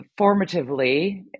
formatively